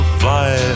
fly